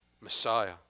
Messiah